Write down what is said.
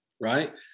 right